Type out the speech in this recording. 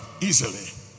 easily